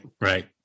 right